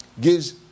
gives